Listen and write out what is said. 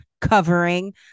covering